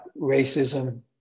racism